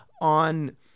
on